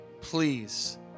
Please